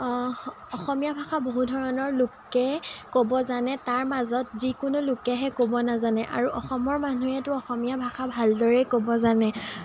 অসমীয়া ভাষা বহু ধৰণৰ লোকে ক'ব জানে তাৰ মাজত যিকোনো লোকেহে ক'ব নাজানে আৰু অসমৰ মানুহেতো অসমীয়া ভাষা ভালদৰেই ক'ব জানে